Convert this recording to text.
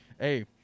Hey